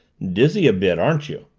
dizzy a bit, aren't you?